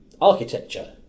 architecture